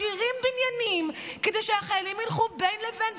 משאירים בניינים כדי שהחיילים ילכו בין לבין,